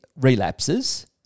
relapses